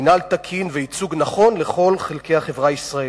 מינהל תקין וייצוג נכון של כל חלקי החברה הישראלית.